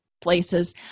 places